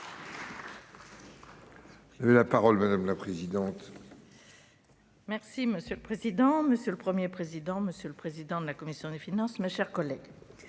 Merci